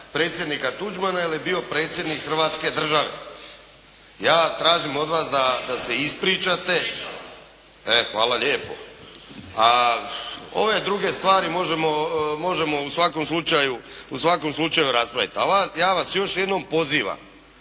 predsjednika Tuđmana jer je bio predsjednik Hrvatske države. Ja tražim od vas da se ispričate. .../Upadica: Ispričavam se!/… E, hvala lijepo. A ove druge stvari možemo, možemo u svakom slučaju raspraviti. A ja vas još jednom pozivam